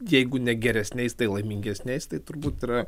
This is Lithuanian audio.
jeigu ne geresniais tai laimingesniais tai turbūt yra